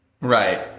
Right